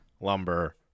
Lumber